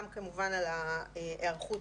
גם כמובן על ההיערכות,